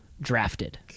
drafted